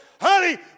Honey